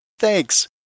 Thanks